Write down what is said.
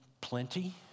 plenty